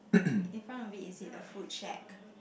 in front of it is it the food shack